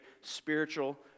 spiritual